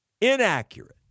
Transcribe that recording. Inaccurate